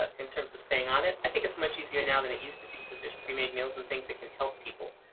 ah in terms of staying on it. i think it's much easier now than it used to be because there's premade meals and things that can help people.